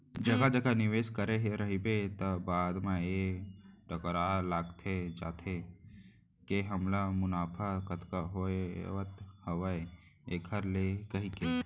जघा जघा निवेस करे रहिबे त बाद म ए अटकरा लगाय जाथे के हमला मुनाफा कतका होवत हावय ऐखर ले कहिके